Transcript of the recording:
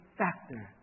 factor